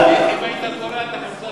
ההיתממות